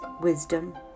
wisdom